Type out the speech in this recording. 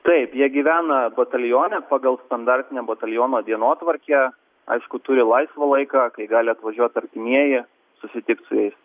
taip jie gyvena batalione pagal standartinę bataliono dienotvarkę aišku turi laisvo laiką kai gali atvažiuot artimieji susitikt su jais